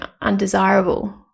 undesirable